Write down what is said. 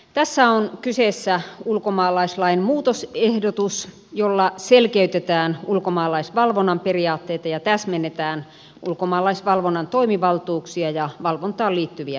tässä on kyseessä ulkomaalaislain muutosehdotus jolla selkeytetään ulkomaalaisvalvonnan periaatteita ja täsmennetään ulkomaalaisvalvonnan toimivaltuuksia ja valvontaan liittyviä menettelyjä